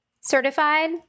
certified